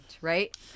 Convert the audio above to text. right